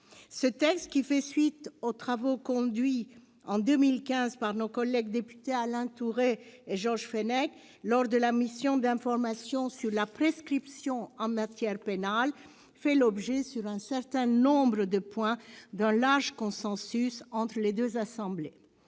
Ce texte, qui fait suite aux travaux conduits en 2015 par nos collègues députés Alain Tourret et Georges Fenech dans le cadre de la mission d'information sur la prescription en matière pénale, fait l'objet, sur un certain nombre de points, d'un large consensus entre les deux chambres